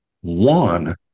One